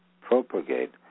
propagate